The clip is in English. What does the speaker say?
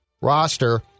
roster